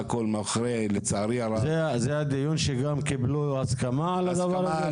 זה הדיון שקיבלו הסכמה על הדבר הזה?